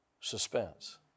Suspense